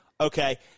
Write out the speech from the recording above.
Okay